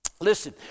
listen